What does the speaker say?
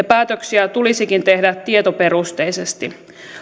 päätöksiä tulisikin tehdä tietoperusteisesti